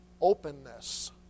openness